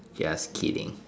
just kidding